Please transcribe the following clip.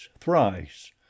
thrice